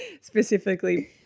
specifically